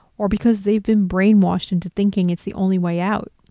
or because they've been brainwashed into thinking it's the only way out.